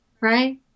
right